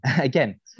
again